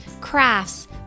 crafts